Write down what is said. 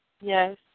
Yes